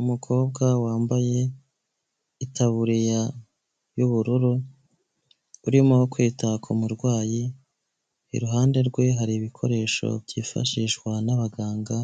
Umukobwa wambaye itaburiya y'ubururu urimo kwita ku murwayi iruhande rwe hari ibikoresho byifashishwa n'abaganga